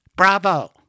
Bravo